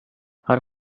her